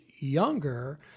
younger